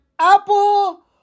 Apple